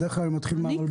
בדרך כלל הם מדברים ראשונים.